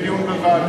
יהיה דיון בוועדה,